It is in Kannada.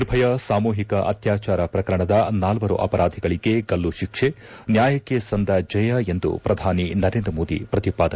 ನಿರ್ಭಯಾ ಸಾಮೂಹಿಕ ಅತ್ಯಾಚಾರ ಪ್ರಕರಣದ ನಾಲ್ವರು ಅಪರಾಧಿಗಳಿಗೆ ಗಲ್ಲು ಶಿಕ್ಷೆ ನ್ಯಾಯಕ್ಕೆ ಸಂದ ಜಯ ಎಂದು ಪ್ರಧಾನಿ ನರೇಂದ್ರಮೋದಿ ಪ್ರತಿಪಾದನೆ